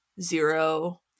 zero